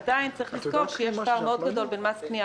עדיין צריך לזכור שיש פער גדול מאוד בין מס קנייה